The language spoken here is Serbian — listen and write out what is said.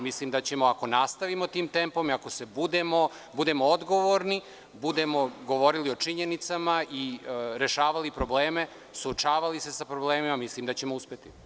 Mislim da ćemo, ako nastavimo tim tempom i ako budemo odgovorni, budemo govorili o činjenicama i rešavali probleme, suočavali se sa problemima, mislim da ćemo uspeti.